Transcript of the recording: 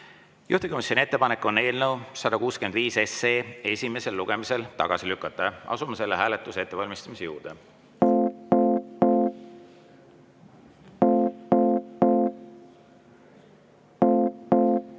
Juhtivkomisjoni ettepanek on eelnõu 165 esimesel lugemisel tagasi lükata. Asume selle hääletuse ettevalmistamise juurde.